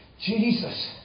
Jesus